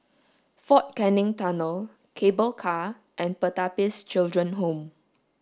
Fort Canning Tunnel Cable Car and Pertapis Children Home